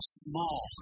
small